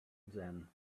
then